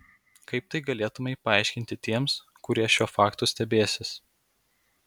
kaip tai galėtumei paaiškinti tiems kurie šiuo faktu stebėsis